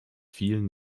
vielen